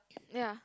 ya